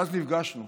ואז נפגשנו